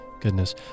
Goodness